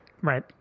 right